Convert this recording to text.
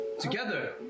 Together